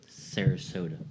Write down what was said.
Sarasota